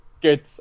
good